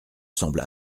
semble